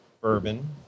bourbon